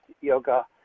yoga